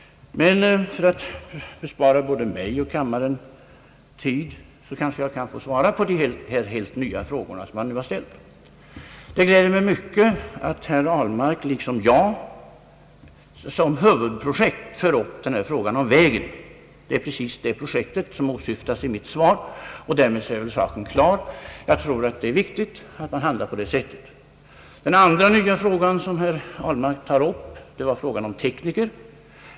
Men för att bespara både mig och kammarens ledamöter tid kanske jag kan få svara på de här helt nya frågorna som herr Ahlmark nu har ställt. Det gläder mig mycket att herr Ahlmark liksom jag som huvudprojekt för upp frågan om vägen. Det är precis det projekt som åsyftas i mitt svar. Därmed är väl saken klar. Jag tror att det är viktigt att man handlar på det sättet. Den andra nya frågan som herr Ahlmark tar upp gäller tekniker.